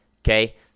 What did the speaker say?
okay